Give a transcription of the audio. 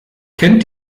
kennt